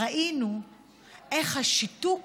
ראינו איך השיתוק